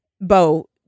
Bo